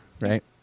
Right